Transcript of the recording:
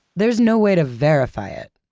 there's no way to verify it,